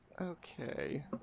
Okay